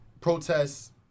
protests